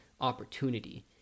opportunity